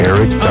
Eric